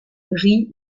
rit